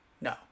No